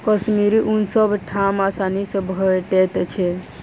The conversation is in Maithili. कश्मीरी ऊन सब ठाम आसानी सँ भेटैत छै